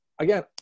again